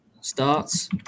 starts